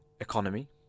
economy